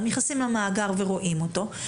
הם נכנסים למאגר ורואים אותו,